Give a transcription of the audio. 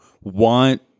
want